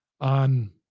on